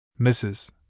Mrs